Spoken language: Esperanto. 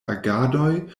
agadoj